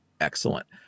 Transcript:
excellent